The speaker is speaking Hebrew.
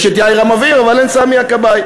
יש את יאיר המבעיר, אבל אין סמי הכבאי.